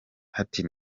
ati